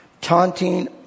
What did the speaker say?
Taunting